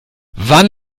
wann